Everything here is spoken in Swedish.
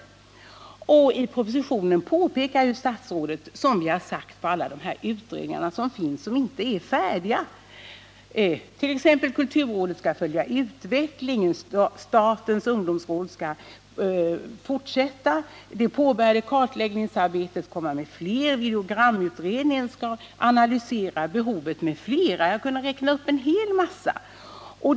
I propositionen pekar statsrådet på alla de utredningar som ännu inte är färdiga. Så t.ex. skall kulturrådet följa utvecklingen, statens ungdomsråd skall fortsätta det påbörjade kartläggningsarbetet, och videogramutredningen skall analysera behoven. Jag skulle kunna räkna upp ytterligare utredningar.